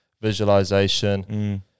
visualization